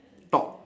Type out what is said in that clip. top